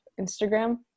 instagram